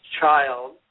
child